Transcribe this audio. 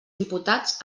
imputats